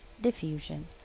diffusion